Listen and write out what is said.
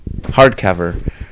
hardcover